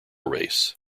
race